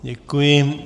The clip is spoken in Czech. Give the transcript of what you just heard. Děkuji.